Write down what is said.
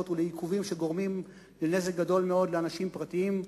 ולעיכובים שגורמים נזק גדול מאוד לאנשים פרטיים,